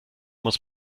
muss